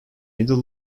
middle